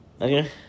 Okay